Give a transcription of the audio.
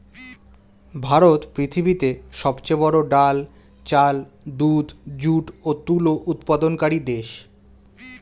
ভারত পৃথিবীতে সবচেয়ে বড়ো ডাল, চাল, দুধ, যুট ও তুলো উৎপাদনকারী দেশ